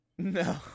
No